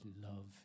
love